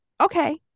okay